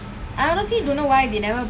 all பந்தா:bantha only lah don't care